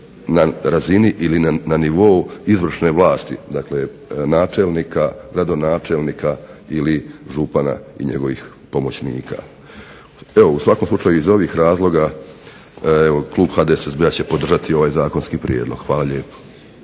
na razini ili na nivou izvršne vlasti. Dakle, načelnika, gradonačelnika ili župana i njegovih pomoćnika. Evo u svakom slučaju iz ovih razloga evo klub HDSSB-a će podržati ovaj zakonski prijedlog. Hvala lijepo.